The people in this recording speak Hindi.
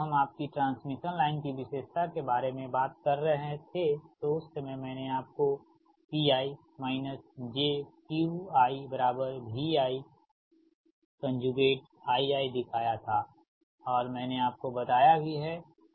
अब जब हम आपकी ट्रांसमिशन लाइन की विशेषता के बारे में बात कर रहे थे तोउस समय मैंने आपको Pi jQiVi Ii दिखाया था और मैंने आपको बताया भी है